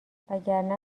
وگرنه